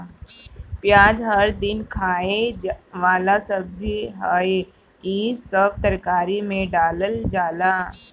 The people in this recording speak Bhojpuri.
पियाज हर दिन खाए वाला सब्जी हअ, इ सब तरकारी में डालल जाला